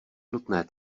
nutné